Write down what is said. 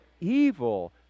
evil